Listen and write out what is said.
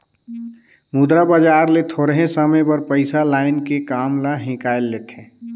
मुद्रा बजार ले थोरहें समे बर पइसा लाएन के काम ल हिंकाएल लेथें